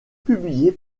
publiée